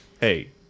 Hey